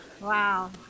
Wow